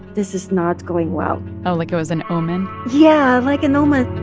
this is not going well oh, like it was an omen? yeah, like an omen